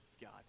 God